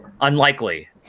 unlikely